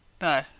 No